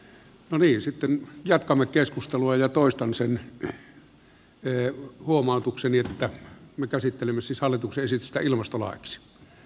no niin sitten jatkamme keskustelua ja toistan sen huomautukseni että me käsittelemme siis hallituksen esitystä ilmastolaiksi